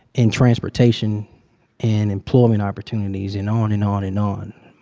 in transportation and employment opportunities and on and on and on.